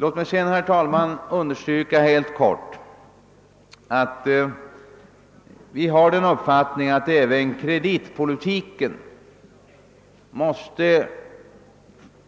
Låt mig helt kort understryka, herr talman, att vi har den uppfattningen att även kreditpolitiken måste